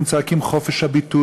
הם צועקים "חופש הביטוי",